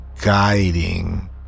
guiding